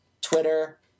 Twitter